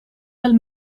del